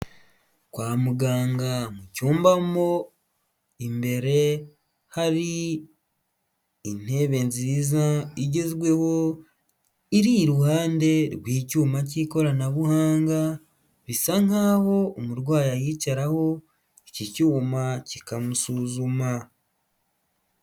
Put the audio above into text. Kwa muganga mu cyumba mo imbere, hari intebe nziza igezweho, iri iruhande rw'icyuma cy'ikoranabuhanga, bisa nkaho umurwayi ayicaraho, iki cyuma kikamusuzuma.